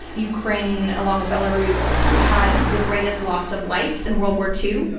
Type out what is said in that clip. ukraine, along with belarus, had the greatest loss of life in world war two.